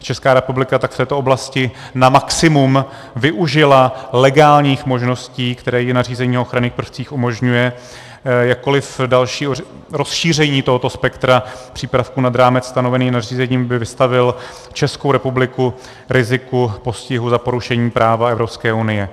Česká republika tak v této oblasti na maximum využila legálních možností, které jí nařízení o ochranných prvcích umožňuje, jakkoliv další rozšíření tohoto spektra přípravků nad rámec stanovený nařízením by vystavilo Českou republiku riziku postihu za porušení práva Evropské unie.